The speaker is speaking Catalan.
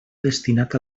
destinat